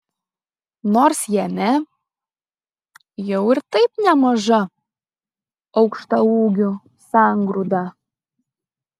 nors jame jau ir taip nemaža aukštaūgių sangrūda